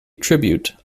tribute